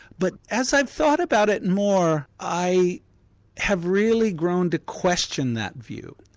but as i've thought about it more i have really grown to question that view.